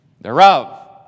thereof